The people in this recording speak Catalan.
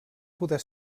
poder